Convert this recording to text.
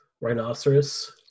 Rhinoceros